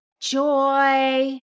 joy